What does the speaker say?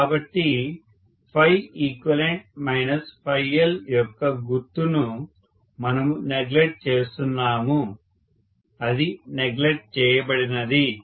కాబట్టి eq L యొక్క గుర్తును మనము నెగ్లెక్ట్ చేస్తున్నాము అది నెగ్లెక్ట్ చేయబడింది